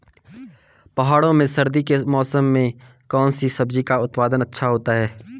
पहाड़ों में सर्दी के मौसम में कौन सी सब्जी का उत्पादन अच्छा होता है?